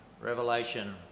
revelation